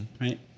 Right